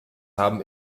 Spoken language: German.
haben